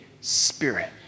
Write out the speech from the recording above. Spirit